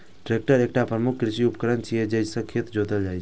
tractor एकटा प्रमुख कृषि उपकरण छियै, जइसे खेत जोतल जाइ छै